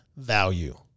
value